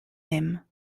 même